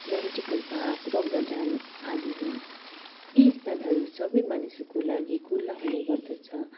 Nightingale park rock garden आदि हुन् यी स्थानहरू सबै मानिसहरूको लागि खुला हुने गर्दछ